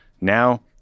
now